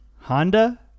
Honda